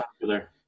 popular